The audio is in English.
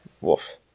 Wolf